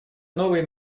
новые